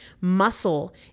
Muscle